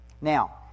Now